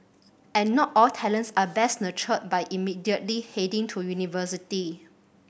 and not all talents are best nurtured by immediately heading to university